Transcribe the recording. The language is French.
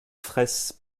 fraysse